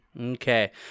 Okay